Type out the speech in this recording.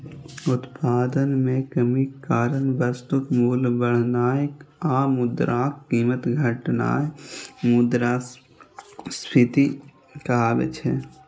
उत्पादन मे कमीक कारण वस्तुक मूल्य बढ़नाय आ मुद्राक कीमत घटनाय मुद्रास्फीति कहाबै छै